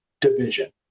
division